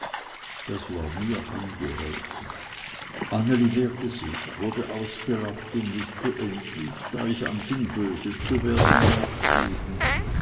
das war mir angeholfen anneli wehrte sich wurde ausgelacht und mußte endlich da ich anfing böse zu werden nachgeben